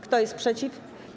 Kto jest przeciw?